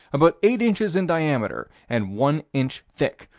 about eight inches in diameter, and one inch thick.